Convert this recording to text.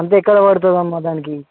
అంత ఎక్కడ పదుతుంది అమ్మ దానికి